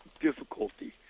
difficulty